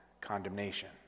condemnation